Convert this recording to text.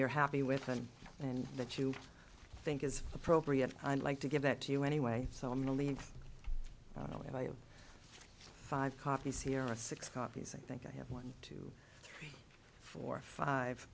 you're happy with and and that you think is appropriate and like to give that to you anyway so i'm going to leave you five copies here are six copies i think i have one two three four five